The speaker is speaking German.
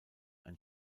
ein